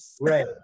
right